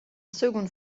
seconde